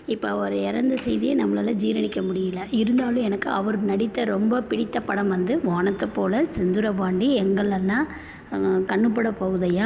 இப்போ அவர் இறந்த செய்தியை நம்பளால் ஜீரணிக்க முடியல இருந்தாலும் எனக்கு அவர் நடித்த ரொம்ப பிடித்த படம் வந்து வானத்தை போல் செந்தூர பாண்டி எங்கள் அண்ணா கண்ணு பட போகுதையா